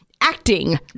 acting